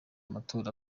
amatora